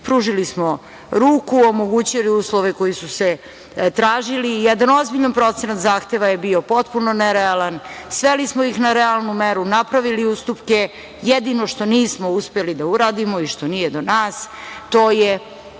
pružili ruku, omogućili uslove koji su se tražili. Jedan ozbiljan procenat zahteva je bio potpuno nerealan ali smo ih sveli na realnu meru, napravili ustupke. Jedino što nismo uspeli da uradimo i što nije do nas, to je